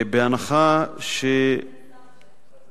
אני מאוד